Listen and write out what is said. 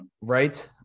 Right